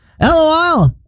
lol